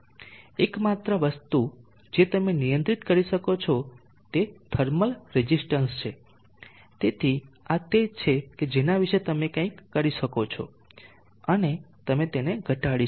એકમાત્ર વસ્તુ જે તમે નિયંત્રિત કરી શકો છો તે થર્મલ રેઝીસ્ટન્સ છે તેથી આ તે છે કે જેના વિશે તમે કંઇક કરી શકો અને તમે તેને ઘટાડી શકો